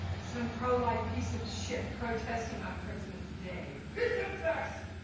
some pro-life piece of shit protesting on christmas day. piece of trash!